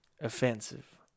offensive